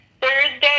Thursday